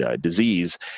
disease